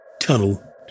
tunnel